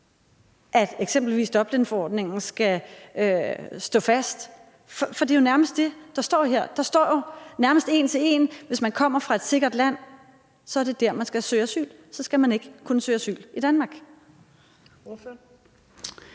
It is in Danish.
Dublinforordningen skal stå fast? For det er jo nærmest det, der står her. Der står jo nærmest en til en, at hvis man kommer fra et sikkert land, er det der, man skal søge asyl, og så skal man ikke kunne søge asyl i Danmark.